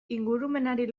ingurumenari